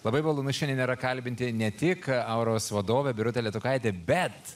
labai malonu šiandien yra kalbinti ne tik auros vadovę birutę letukaitę bet